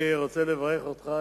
אני רוצה לברך אותך,